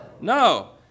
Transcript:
no